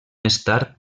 estar